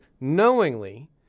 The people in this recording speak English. knowingly